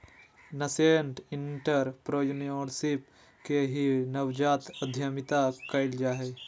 nascent entrepreneurship के ही नवजात उद्यमिता कहल जा हय